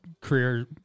career